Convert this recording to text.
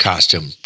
costume